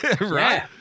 right